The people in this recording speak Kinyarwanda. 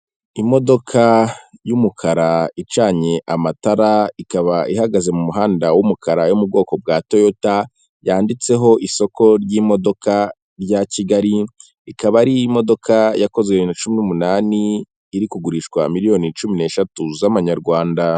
Imodoka y'umukara icanye amatara ikaba ihagaze mu muhanda w'umukara yo mu bwoko bwa toyota yanditseho isoko ry'imodoka rya Kigali, ikaba ari imodokadoka yakozwe bibiri na cumi n'umunani iri kugurishwa miliyoni cumi n'eshatu z'amanyarwanda.